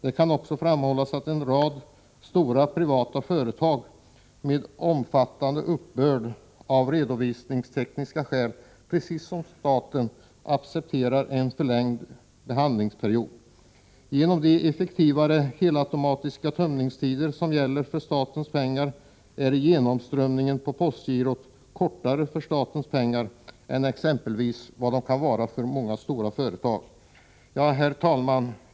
Det kan också framhållas att en rad stora privata företag med omfattande uppbörd av redovisningstekniska skäl precis som staten accepterar förlängd behandlingsperiod. Genom de effektivare helautomatiserade tömningstider som gäller för statens pengar är genomströmningstiden på postgirot kortare för statens pengar än för exempelvis många stora företags pengar. Herr talman!